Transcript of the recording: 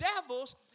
devils